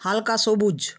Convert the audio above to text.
হালকা সবুজ